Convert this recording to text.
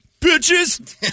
bitches